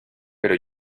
pero